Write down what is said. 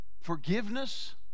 forgiveness